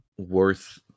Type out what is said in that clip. Worth